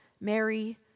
Mary